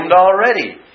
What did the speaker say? already